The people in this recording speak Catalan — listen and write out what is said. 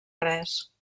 res